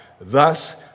Thus